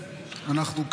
אנחנו כאן,